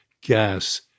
gas